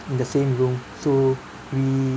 in the same room so we